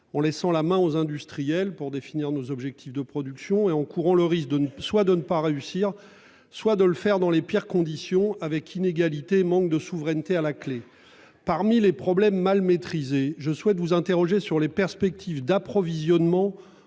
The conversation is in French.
on laissant la main aux industriels pour définir nos objectifs de production et en courant le risque de ne soit de ne pas réussir, soit de le faire dans les pires conditions avec inégalités manque de souveraineté à la clé. Parmi les problèmes mal maîtrisé. Je souhaite vous interroger sur les perspectives d'approvisionnement